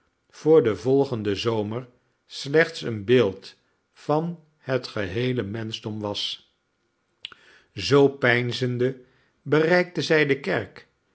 voor den volgenden zomer slechts een beeld van het geheele menschdom was zoo peinzende bereikte zij de kerk